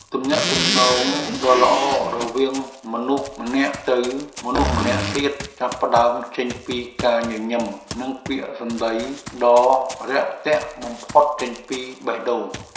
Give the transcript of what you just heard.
ទំនាក់ទំនងដ៏ល្អរវាងមនុស្សម្នាក់ទៅមនុស្សម្នាក់ទៀតចាប់ផ្តើមចេញពីការញញឹមនិងពាក្យសម្តីដ៏រាក់ទាក់បំផុតចេញពីបេះដូង។